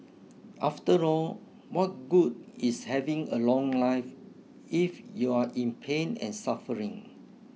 after all what good is having a long life if you're in pain and suffering